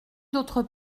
d’autres